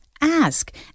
ask